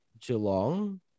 Geelong